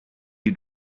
you